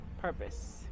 purpose